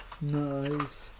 Nice